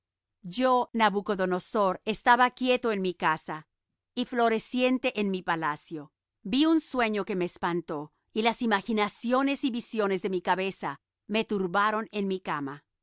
yo nabucodonosor estaba quieto en mi casa y floreciente en mi palacio vi un sueño que me espantó y las imaginaciones y visiones de mi cabeza me turbaron en mi cama